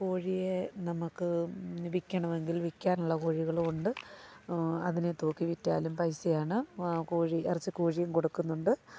കോഴിയെ നമുക്ക് വില്ക്കണമെങ്കിൽ വില്ക്കാനുള്ള കോഴികളുമുണ്ട് അതിനെ തൂക്കിവിറ്റാലും പൈസയാണ് ആ കോഴി ഇറച്ചിക്കോഴിയും കൊടുക്കുന്നുണ്ട്